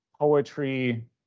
poetry